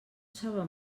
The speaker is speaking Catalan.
saben